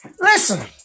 Listen